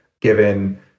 given